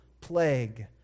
plague